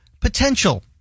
potential